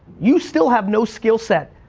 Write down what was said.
you still have no skill set,